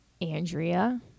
andrea